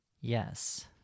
Yes